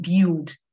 build